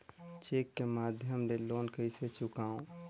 Cheque के माध्यम ले लोन कइसे चुकांव?